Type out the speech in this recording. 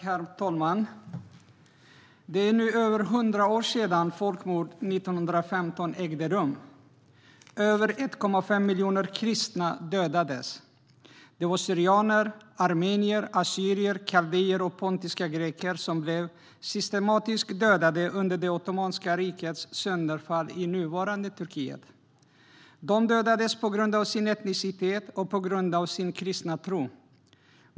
Herr talman! Det är nu över hundra år sedan folkmordet 1915 ägde rum. Över 1,5 miljoner kristna dödades. Det var syrianer, armenier, assyrier, kaldéer och pontiska greker som blev systematiskt dödade under Ottomanska rikets sönderfall i nuvarande Turkiet. De dödades på grund av sin etnicitet och på grund av sin kristna tro.